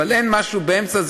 אבל אין משהו באמצע,